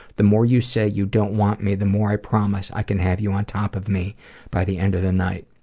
the more you say you don't want me, the more i promise i can have you on top of me by the end of the night.